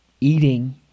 eating